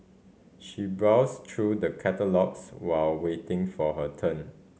she browsed through the catalogues while waiting for her turn